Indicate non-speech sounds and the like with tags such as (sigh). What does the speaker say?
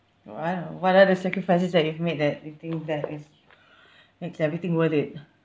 uh I don't know what are the sacrifices that you've made that you think that is (breath) makes everything worth it